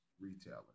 retailer